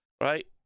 right